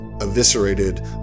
eviscerated